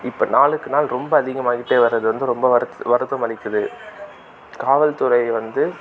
இப்போ நாளுக்கு நாள் ரொம்ப அதிகமாகிட்டே வர்றது வந்து ரொம்ப வருத்தம் வருத்தம் அளிக்குது காவல்துறை வந்து